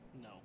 No